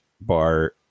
bar